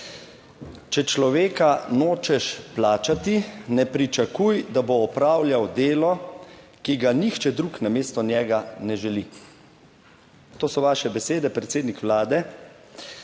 Če človeka nočeš plačati, ne pričakuj, da bo opravljal delo, ki ga nihče drug namesto njega ne želi. To so vaše besede, predsednik Vlade,